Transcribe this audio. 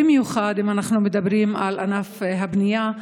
במיוחד אם אנחנו מדברים על ענף הבנייה,